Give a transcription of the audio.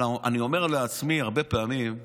אבל אני אומר לעצמי הרבה פעמים: